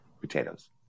Potatoes